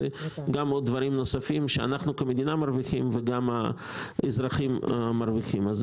אלו דברים נוספים שאנחנו כמדינה מרוויחים וגם האזרחים מרוויחים.